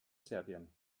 serbien